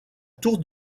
tour